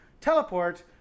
teleport